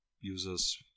users